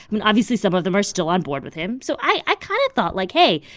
mean, obviously, some of them are still on board with him. so i i kind of thought like, hey,